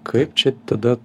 kaip čia tada